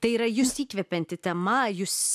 tai yra jus įkvepianti tema jus